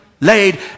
laid